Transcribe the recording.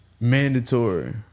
Mandatory